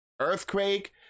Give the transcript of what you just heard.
earthquake